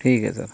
ٹھیک ہے سر